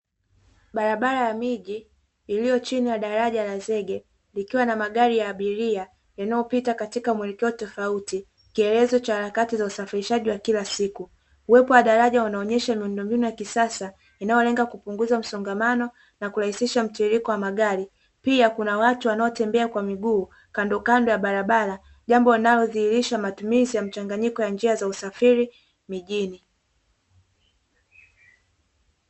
Barabara ya miji iliyo chini ya daraja la zege ikiwa na magari ya abiria yanayopita katika mwelekeo tofauti kielelezo cha harakati za usafirishaji wa kila siku. Uwepo wa daraja unaonyesha miundombinu ya kisasa inayolenga kupunguza msongamano na kurahisisha mtiririko wa magari; pia kuna watu wanaotembea kwa miguu kandokando ya barabara jambo linalodhirisha matumizi ya mchanganyiko ya njia za usafiri mijini.